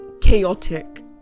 chaotic